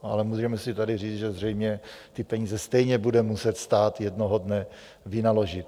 Ale můžeme si tady říct, že zřejmě ty peníze stejně bude muset stát jednoho dne vynaložit.